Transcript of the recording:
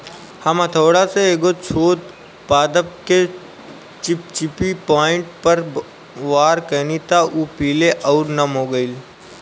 हम हथौड़ा से एगो छोट पादप के चिपचिपी पॉइंट पर वार कैनी त उ पीले आउर नम हो गईल